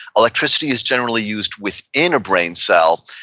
electricity is generally used within a brain cell,